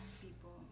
people